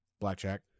blackjack